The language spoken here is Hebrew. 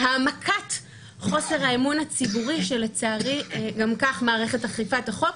ולהעמקת חוסר האמון הציבורי כלפי מערכת אכיפת החוק,